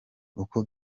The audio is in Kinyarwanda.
uko